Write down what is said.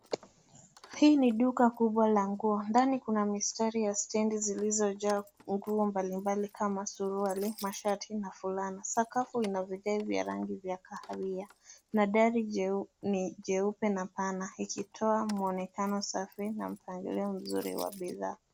Hii ni duka kubwa la nguo. Ndani kuna mistari ya stendi zilizojaa nguo mbalimbali kama suruali, mashati na fulana. Sakafu ina vigae vya rangi vya kahawia na dari ni jeupe na pana ikitoa mwonekano safi na mpangilio mzuri wa bidhaa.